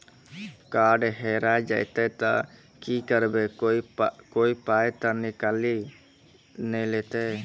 Card हेरा जइतै तऽ की करवै, कोय पाय तऽ निकालि नै लेतै?